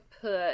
put